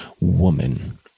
woman